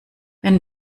wenn